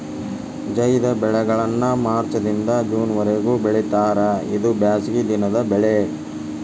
ಝೈದ್ ಬೆಳೆಗಳನ್ನಾ ಮಾರ್ಚ್ ದಿಂದ ಜೂನ್ ವರಿಗೂ ಬೆಳಿತಾರ ಇದು ಬ್ಯಾಸಗಿ ದಿನದ ಬೆಳೆ